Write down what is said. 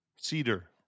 cedar